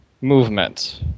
movement